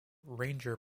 ranger